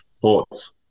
thoughts